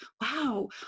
wow